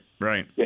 right